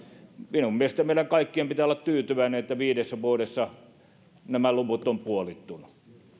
minun mielestäni meidän kaikkien pitää olla tyytyväisiä että viidessä vuodessa nämä luvut ovat puolittuneet